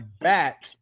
back